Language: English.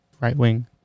right-wing